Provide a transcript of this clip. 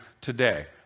today